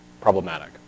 problematic